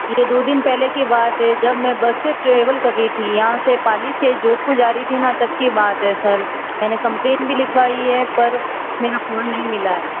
ये दो दिन पहले की बात है जब मैं बस ट्रेवल कर रही थी यहाँ से पाली से जोधपुर जा रही थी ना तब की बात है सर मैंने कंप्लेन भी लिखाई है पर मेरा फोन नहीं मिला है